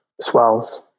swells